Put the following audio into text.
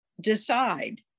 decide